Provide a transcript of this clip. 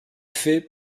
fait